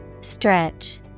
stretch